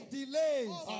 delays